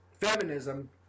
feminism